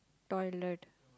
toilet